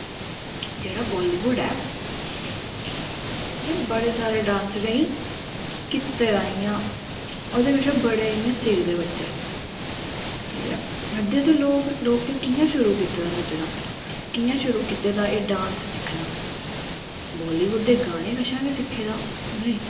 जेह्ड़ा बॉलीवुड ऐ में बड़े सारे डांस जेह्के कीते दे कीते दा इंया ओह्दे कशा बड़े इंया सिखदे बच्चे ते अग्गें ते लोक कियां शुरू कीते दा नच्चना कियां शुरू कीते दा एह् डांस सिक्खना बॉलीवुड गाने कशा गै सिक्खे दा